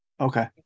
Okay